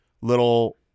little